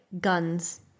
guns